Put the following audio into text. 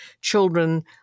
children